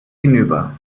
hinüber